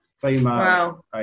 female